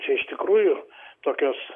čia iš tikrųjų tokios